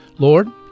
Lord